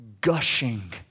gushing